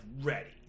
ready